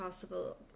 possible